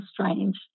strange